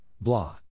blah